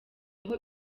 aho